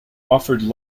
offered